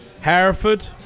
Hereford